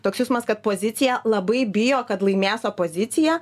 toks jausmas kad pozicija labai bijo kad laimės opozicija